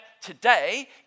today